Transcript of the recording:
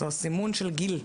סימון של גיל,